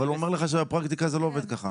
אבל הוא אומר לך שבפרקטיקה זה לא עובד ככה.